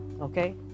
Okay